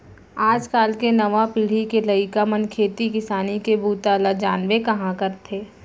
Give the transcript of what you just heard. आज काल के नवा पीढ़ी के लइका मन खेती किसानी के बूता ल जानबे कहॉं करथे